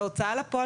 הוצאה לפועל,